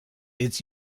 its